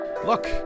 Look